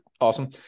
awesome